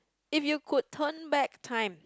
if you could turn back time